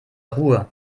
ruhe